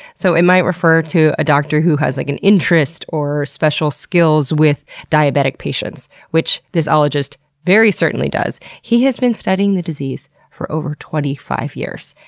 so it might refer to a doctor who has like an interest or special skills with diabetic patients, which this ologist very certainly does. he has been studying the disease for over twenty five years,